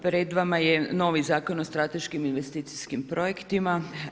Pred vama je novi Zakon o strateškim investicijskim projektima.